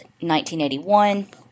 1981